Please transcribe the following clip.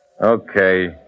Okay